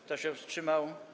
Kto się wstrzymał?